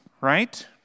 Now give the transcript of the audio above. right